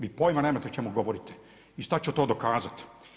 Vi pojma nemate o čemu govorite i sad ću to dokazati.